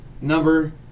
number